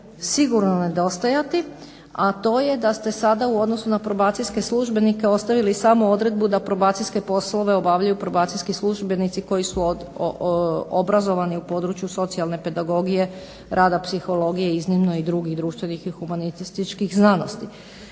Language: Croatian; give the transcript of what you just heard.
sigurno nedostajati, a to je da ste sada u odnosu na probacijske službenike ostavili samo odredbu da probacijske poslove obavljaju probacijski službenici koji su obrazovani u području socijalne pedagogije, rada psihologije, iznimno i drugih društvenih i humanističkih znanosti.